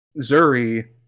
Zuri